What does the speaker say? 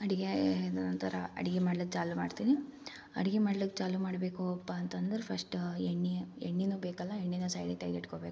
ಅಡಿಗೆ ಇದು ನಂತರ ಅಡಿಗೆ ಮಾಡಲು ಚಾಲು ಮಾಡ್ತೀನಿ ಅಡಿಗೆ ಮಾಡ್ಲಿಕ್ಕೆ ಚಾಲು ಮಾಡ್ಬೇಕಪ್ಪ ಅಂತಂದ್ರೆ ಫಸ್ಟು ಎಣ್ಣೆ ಎಣ್ಣೆ ಬೇಕಲ್ಲ ಎಣ್ಣೆ ಸೈಡಿಗೆ ತೆಗ್ದಿಟ್ಕೋಬೇಕು